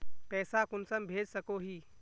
पैसा कुंसम भेज सकोही?